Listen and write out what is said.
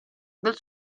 del